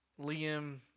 Liam